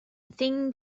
thing